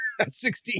16